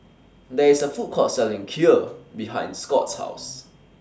There IS A Food Court Selling Kheer behind Scott's House